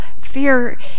fear